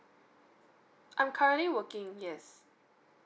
I'm currently working yes